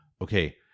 okay